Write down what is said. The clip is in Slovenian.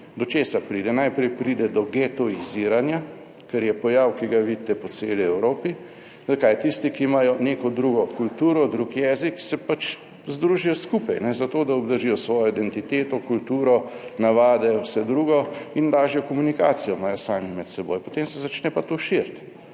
Do česa pride? Najprej pride do getoiziranja, kar je pojav, ki ga vidite po celi Evropi. Zakaj? Tisti, ki imajo neko drugo kulturo, drug jezik, se pač združijo skupaj zato, da obdržijo svojo identiteto, kulturo, navade, vse drugo in lažjo komunikacijo imajo sami med seboj. Potem se začne pa to širiti